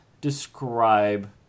describe